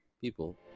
People